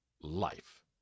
life